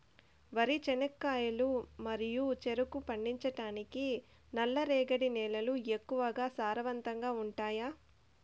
వరి, చెనక్కాయలు మరియు చెరుకు పండించటానికి నల్లరేగడి నేలలు ఎక్కువగా సారవంతంగా ఉంటాయా?